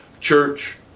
Church